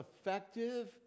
effective